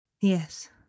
Yes